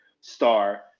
Star